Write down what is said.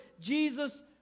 Jesus